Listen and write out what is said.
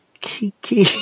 kiki